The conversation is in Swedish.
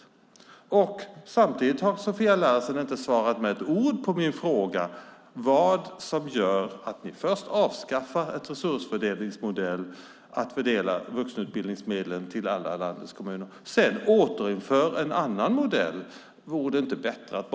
Sofia Larsen har inte svarat på min fråga om vad det är som gör att ni först avskaffar den tidigare resursfördelningsmodellen - en modell för att fördela vuxenutbildningsmedlen till landets alla kommuner - för att sedan införa en annan modell.